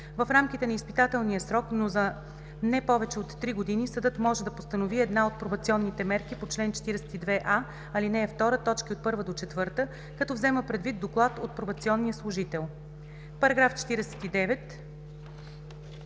В рамките на изпитателния срок, но за не повече от три години, съдът може да постанови една от пробационните мерки по чл. 42а, ал. 2, т. 1 – 4, като взема предвид доклад от пробационния служител.“ По § 49